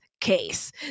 case